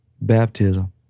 baptism